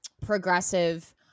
progressive